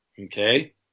Okay